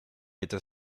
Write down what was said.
était